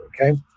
Okay